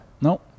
no